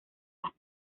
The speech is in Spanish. las